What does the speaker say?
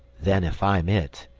then if i'm it,